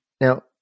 Now